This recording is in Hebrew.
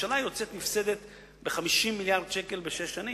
הממשלה יוצאת נפסדת ב-50 מיליארד ש"ח בשש שנים.